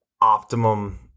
optimum